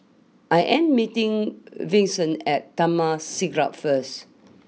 I am meeting Vicente at Taman Siglap first